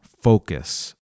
focus